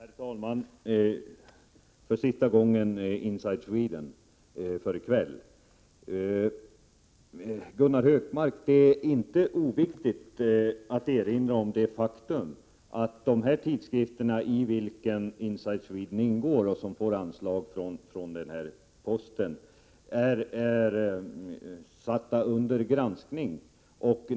Herr talman! För sista gången om Inside Sweden för i kväll. Det är inte oviktigt, Gunnar Hökmark, att erinra om det faktum att de tidskrifter — bland vilka Inside Sweden ingår — som får anslag från den här posten, är satta under granskning.